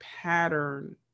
pattern